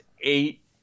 eight